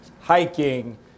hiking